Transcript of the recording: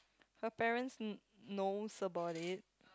her parents knows about it